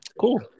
cool